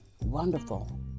wonderful